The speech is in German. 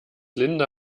linda